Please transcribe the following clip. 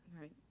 right